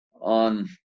on